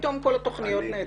פתאום כל התוכניות נעצרו.